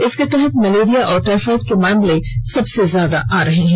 इसके तहत मलेरिया और टायफायड के मामले सबसे ज्यादा आ रहे हैं